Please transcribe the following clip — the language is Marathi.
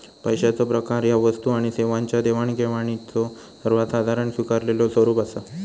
पैशाचो प्रकार ह्या वस्तू आणि सेवांच्यो देवाणघेवाणीचो सर्वात साधारण स्वीकारलेलो स्वरूप असा